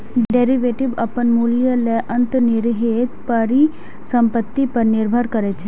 derivative अपन मूल्य लेल अंतर्निहित परिसंपत्ति पर निर्भर करै छै